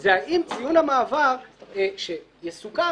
זה שציון המעבר שיסוכם,